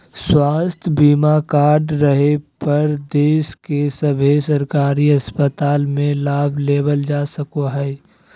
स्वास्थ्य बीमा कार्ड रहे पर देश के सभे सरकारी अस्पताल मे लाभ लेबल जा सको हय